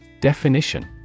Definition